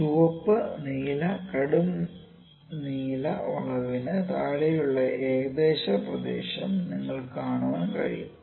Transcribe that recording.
ചുവപ്പ് നീല കടും നീല വളവിന് താഴെയുള്ള ഏകദേശ പ്രദേശം നിങ്ങൾക്ക് കാണാൻ കഴിയും